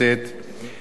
בשם ועדת החוקה,